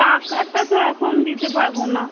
টাকাটা তো এখন দিতে পারবো না